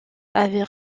avaient